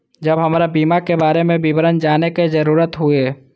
जब हमरा बीमा के बारे में विवरण जाने के जरूरत हुए?